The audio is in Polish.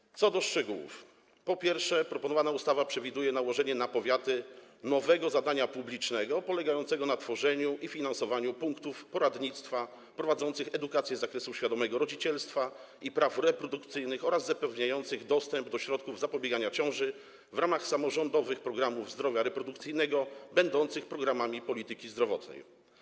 Jeśli chodzi o szczegóły, to, po pierwsze, proponowana ustawa przewiduje nałożenie na powiaty nowego zadania publicznego, polegającego na tworzeniu i finansowaniu punktów poradnictwa prowadzących edukację z zakresu świadomego rodzicielstwa i praw reprodukcyjnych oraz zapewniających dostęp do środków zapobiegania ciąży w ramach samorządowych programów zdrowia reprodukcyjnego będących programami polityki zdrowotnej.